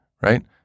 right